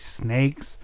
snakes